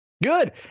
Good